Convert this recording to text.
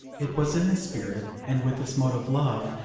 it was in this spirit, and with this mode of love,